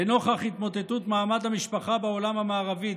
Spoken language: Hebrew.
לנוכח התמוטטות מעמד המשפחה בעולם המערבי,